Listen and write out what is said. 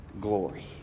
glory